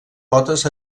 potes